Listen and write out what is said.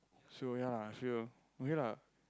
sure ya sure okay lah